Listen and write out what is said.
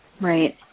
Right